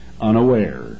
unaware